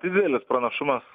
didelis pranašumas